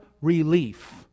relief